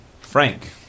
Frank